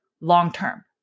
long-term